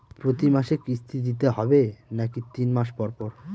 প্রতিমাসে কিস্তি দিতে হবে নাকি তিন মাস পর পর?